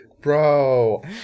Bro